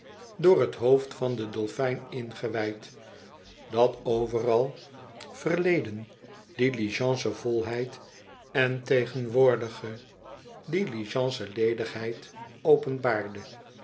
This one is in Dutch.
door t hoofd van den dolfijn ingewijd dat overal verleden diligencen volheid en tegenwoordige diligencen ledigheid openbaarde